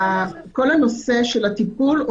כל הנושא של הטיפול,